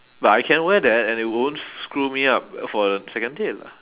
but I can wear that and it won't screw me up for a second date lah